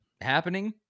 happening